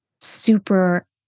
super